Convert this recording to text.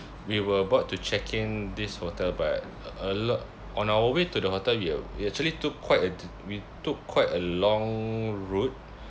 we were about to check in this hotel but a lo~ on our way to the hotel you we actually took quite a de~ we took quite a long route